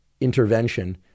intervention